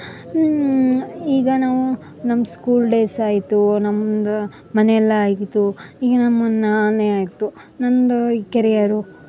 ಈಗ ನಾವು ನಮ್ಮ ಸ್ಕೂಲ್ ಡೇಸ್ ಆಯಿತು ನಮ್ಮದು ಮನೆ ಎಲ್ಲ ಆಯಿತು ಈಗ ನಮ್ಮನ ನಾನೆ ಆಯಿತು ನನ್ನದು ಈ ಕೆರಿಯರು